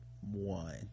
one